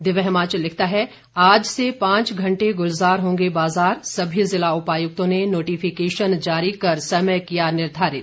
दिव्य हिमाचल लिखता है आज से पांच घंटे गुलजार होंगे बाजार सभी जिला उपायुक्तों ने नोटिफिकेशन जारी कर समय किया निर्धारित